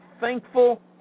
thankful